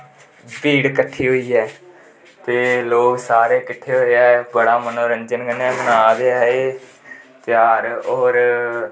भीड़ कट्टी होइयै ते लोक सारे किट्ठे होऐ ऐ बड़ा मनोरंजन कन्नै मनांदे ऐ तेहार होर